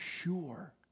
sure